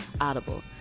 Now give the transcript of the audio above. Audible